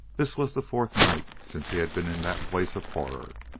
this was the fourth night since he had been in that place of horror,